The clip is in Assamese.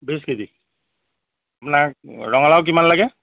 বিছ কেজি আপোনাক ৰঙালাও কিমান লাগে